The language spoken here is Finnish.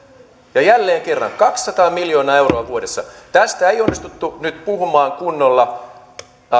ja jälleen kerran kaksisataa miljoonaa euroa vuodessa tästä ei onnistuttu puhumaan kunnolla nyt